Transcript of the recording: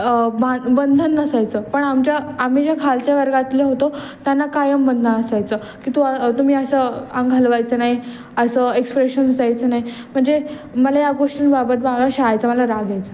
बां बंधन नसायचं पण आमच्या आम्ही ज्या खालच्या वर्गातले होतो त्यांना कायम बंधनं असायचं की तू तुम्ही असं अंग हलवायचं नाही असं एक्सप्रेशन्स द्यायचं नाही म्हणजे मला या गोष्टींबाबत मला शाळेचा मला राग यायचा